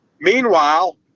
Meanwhile